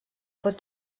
pot